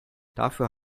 dafür